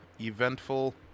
eventful